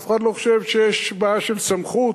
אף אחד לא חושב שיש בעיה של סמכות,